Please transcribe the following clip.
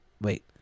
Wait